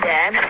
Dad